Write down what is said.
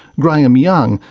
graham young,